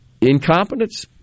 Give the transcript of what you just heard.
Incompetence